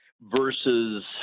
versus